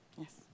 Yes